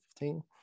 2015